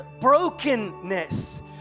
brokenness